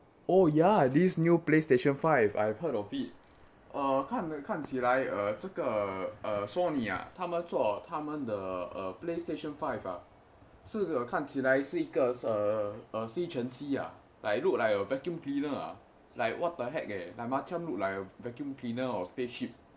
oh ya this new playstation five I've heard of it uh 哦看看起来哦这个哦送你啊他们做他们的 uh play station five ah 这个看起来像一个吸尘机呀 like look like a vacuum cleaner ah like what the heck eh like macam look like vacuum cleaner or spaceship